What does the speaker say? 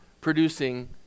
producing